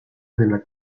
della